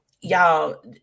y'all